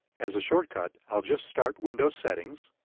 as a shortcut, i'll just start windows settings,